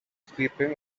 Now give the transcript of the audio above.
sleeping